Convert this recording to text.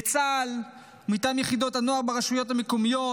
בצה"ל ומטעם יחידות מנוער ברשויות ממקומיות,